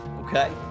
Okay